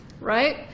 right